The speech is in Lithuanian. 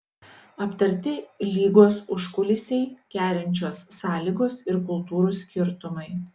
aptarti lygos užkulisiai kerinčios sąlygos ir kultūrų skirtumai